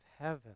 heaven